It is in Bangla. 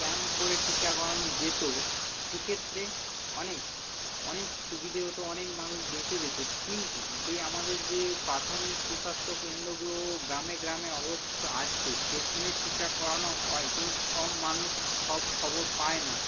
ক্যাম্প করে টিকা করানো যেত সে ক্ষেত্রে অনেক অনেক সুবিধে হতো অনেক মানুষ বেঁচে যেত কিন্তু যে আমাদের যে প্রাথমিক সুস্বাস্থ কেন্দ্রগুলো গ্রামে গ্রামে অবস্থিত আছে সেখেনে টিকা করানো হয় কিন্তু সব মানুষ সব খবর পায় না